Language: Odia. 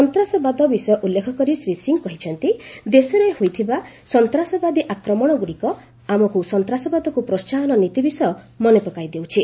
ସନ୍ତାସବାଦ ବିଷୟ ଉଲ୍ଲେଖ କରି ଶ୍ରୀ ସିଂହ କହିଛନ୍ତି ଦେଶରେ ହୋଇଥିବା ସନ୍ତାସବାଦୀ ଆକ୍ରମଣଗୁଡ଼ିକ ଆମକୁ ସନ୍ତାସବାଦକୁ ପ୍ରୋହାହନ ନୀତି ବିଷୟ ମନେପକାଇ ଦେଉଛି